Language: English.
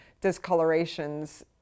discolorations